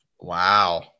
Wow